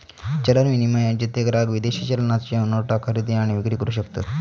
चलन विनिमय, जेथे ग्राहक विदेशी चलनाच्यो नोटा खरेदी आणि विक्री करू शकतत